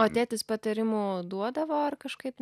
o tėtis patarimų duodavo ar kažkaip